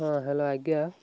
ହଁ ହ୍ୟାଲୋ ଆଜ୍ଞା